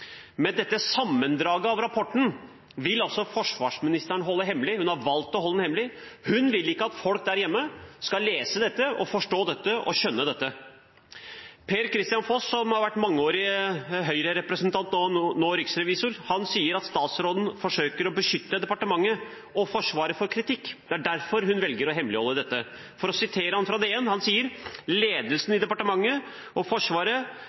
Dette sammendraget av rapporten vil altså forsvarsministeren holde hemmelig. Hun har valgt å holde det hemmelig. Hun vil ikke at folk der hjemme skal lese dette, forstå dette og skjønne dette. Per-Kristian Foss, som har vært mangeårig Høyre-representant og nå er riksrevisor, sier at statsråden forsøker å beskytte departementet og Forsvaret mot kritikk – det er derfor hun velger å hemmeligholde dette. For å sitere ham fra DN: «Ledelsen i Forsvarsdepartementet og Forsvaret